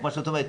כמו שאת אומרת,